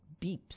beeps